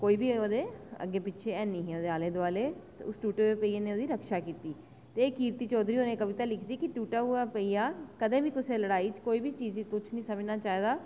कोई बी ओह्दे अग्गें पिच्छें आले दोआले ऐ निं हे ते उस पहिये नै ओह्दी रक्षा कीती ते उस पहिये नै टुटा पहिया लड़ाई च कुसै बी चीज़ गी तुच्छ निं समझना चाहिदा